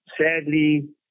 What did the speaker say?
sadly